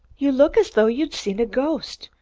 you look as though you'd seen a ghost.